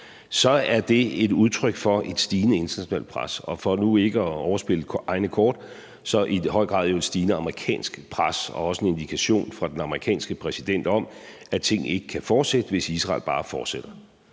så er det et udtryk for et stigende internationalt pres og jo – for nu ikke at overspille egne kort – i høj grad et stigende amerikansk pres og også en indikation fra den amerikanske præsident om, at tingene ikke kan fortsætte, hvis Israel bare fortsætter.